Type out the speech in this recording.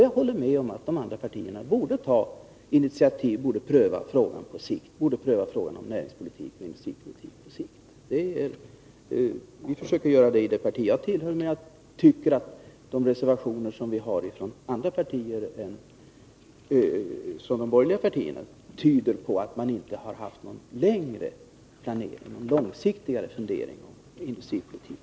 Jag håller med om att också de andra partierna borde ta initiativ, borde pröva frågan om näringspolitik och industripolitik på sikt. Vi försöker göra det i det parti jag tillhör. Men jag tycker att de reservationer som avgivits från de borgerliga partierna tyder på att man inte har haft någon längre gående planering, inte någon långsiktig industripolitik.